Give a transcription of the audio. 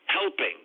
helping